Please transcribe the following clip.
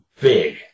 big